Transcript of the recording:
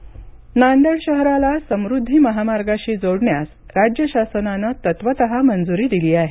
समद्दी नांदेड शहराला समृद्धी महामार्गाशी जोडण्यास राज्य शासनानं तत्वतः मंजुरी दिली आहे